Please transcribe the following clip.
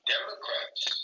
Democrats